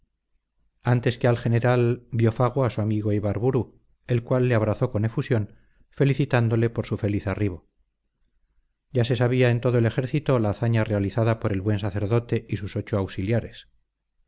antes que al general vio fago a su amigo ibarburu el cual le abrazó con efusión felicitándole por su feliz arribo ya se sabía en todo el ejército la hazaña realizada por el buen sacerdote y sus ocho auxiliares